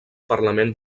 parlament